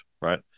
right